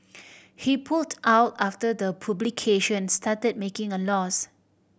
he pulled out after the publication started making a loss